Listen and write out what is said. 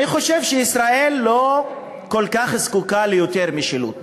אני חושב שישראל לא כל כך זקוקה ליותר משילות,